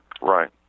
Right